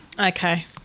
okay